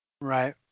right